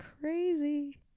crazy